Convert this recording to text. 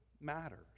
matters